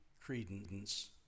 credence